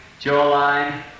jawline